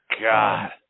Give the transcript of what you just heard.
God